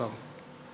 השר.